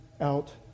out